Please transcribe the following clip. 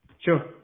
Sure